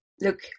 look